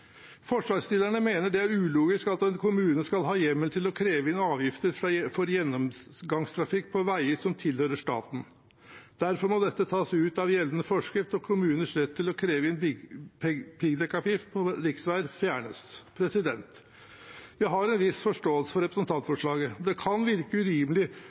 Forslagsstillerne mener det er ulogisk at en kommune skal ha hjemmel til å kreve inn avgifter for gjennomgangstrafikk på veier som tilhører staten. Derfor må dette tas ut av gjeldende forskrift og kommuners rett til å kreve inn piggdekkavgift på riksveier fjernes. Vi har en viss forståelse for representantforslaget. Det kan virke urimelig